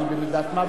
ואני במידת מה,